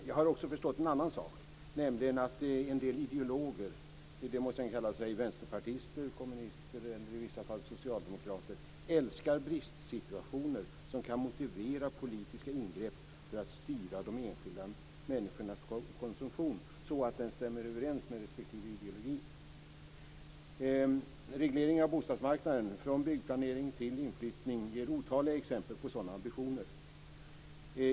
Jag har också förstått en annan sak, nämligen att en del ideologer, vare sig de kallar sig vänsterpartister, kommunister eller i vissa fall socialdemokrater, älskar bristsituationer, som kan motivera politiska ingrepp för att styra de enskilda människornas konsumtion så att den stämmer överens med respektive ideologi. Regleringen av bostadsmarknaden från byggplanering till inflyttning ger otaliga exempel på sådana ambitioner.